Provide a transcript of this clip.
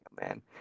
man